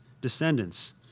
descendants